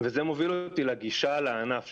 וזה מוביל אותי לגישה הכללית לענף.